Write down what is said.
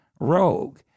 Rogue